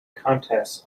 contests